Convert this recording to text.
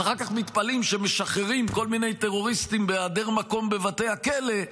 אחר כך מתפלאים שמשחררים כל מיני טרוריסטים בהיעדר מקום בבתי הכלא,